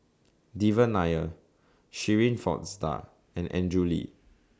Devan Nair Shirin Fozdar and Andrew Lee